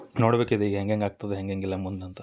ನೋಡ್ಬೇಕು ಇದೀಗ ಹೆಂಗೆಂಗೆ ಆಗ್ತದೆ ಹೆಂಗೆಂಗೆ ಇಲ್ಲ ಮುಂದೆ ಅಂತ